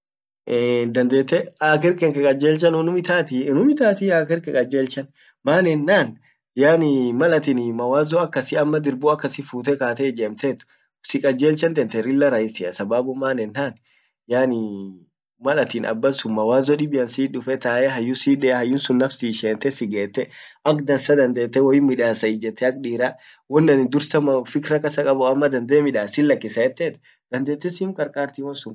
dandette aa gar kenke kajeltan unnum itati, unnum ittatii? Aa garke kajeltan maan ennan yaani malatin ee mawazo akasi ama dirbu akasi fute kate ijemtet sikajeltan tente lilla raisia sababun maan ennan yaani malatin abbasun mawazon dibbian sit duf, tae hayyu sit de hayyu sun naf siishente sigete akdansa dandete woin midasa ijjete ak dira won annin man dursa fikra kasa qab ammo dande midasa hin lakissa etet dandete sim qarqartii won sun kullin